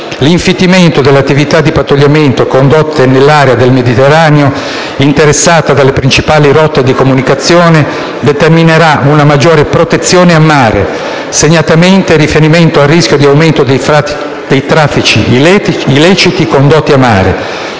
L'infittimento delle attività di pattugliamento, condotte nell'area del Mediterraneo interessata dalle principali rotte di comunicazione, determinerà una maggiore protezione in mare, segnatamente in riferimento al rischio di aumento dei traffici illeciti condotti in mare,